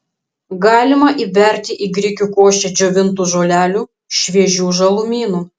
galima įberti į grikių košę džiovintų žolelių šviežių žalumynų